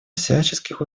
всяческих